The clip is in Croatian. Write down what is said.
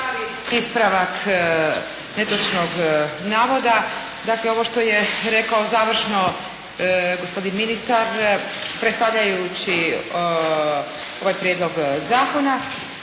ispravak netočnog navoda. Dakle, ovo što je rekao završno gospodin ministar predstavljajući ovaj prijedlog zakona,